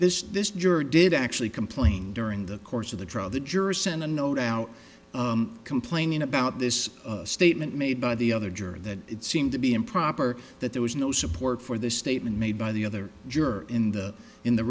this this juror did actually complain during the course of the trial the jurors sent a note out complaining about this statement made by the other juror that it seemed to be improper that there was no support for the statement made by the other juror in the in the